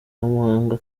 muhanga